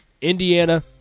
Indiana